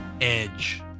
Edge